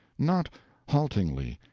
not haltingly,